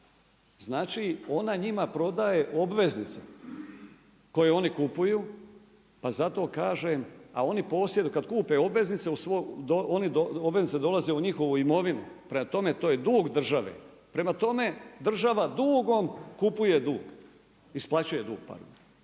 Znači ona njima prodaje obveznice koji one kupuju pa zato kažem, kad kupe obveznice, obveznice dolaze u njihovu imovinu, prema tome to je dug države. Prema tome, država dugom kupuje dug, isplaćuje dug, pardon.